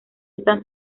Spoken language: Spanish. están